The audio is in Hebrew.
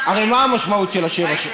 הרי מהי המשמעות של שבע השנים?